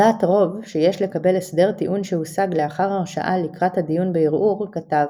בדעת רוב שיש לקבל הסדר טיעון שהושג לאחר הרשעה לקראת הדיון בערעור כתב